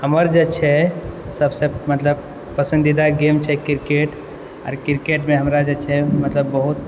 हमर जे छै सबसँ मतलब पसन्दीदा गेम छै क्रिकेट आओर क्रिकेटमे हमरा जे छै मतलब बहुत